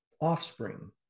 offspring